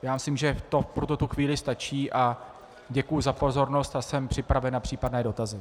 Myslím, že to pro tuto chvíli stačí, děkuju za pozornost a jsem připraven na případné dotazy.